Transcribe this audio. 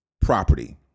property